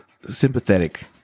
sympathetic